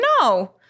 no